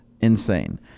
insane